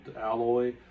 Alloy